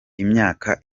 imyaka